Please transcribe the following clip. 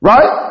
Right